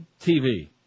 TV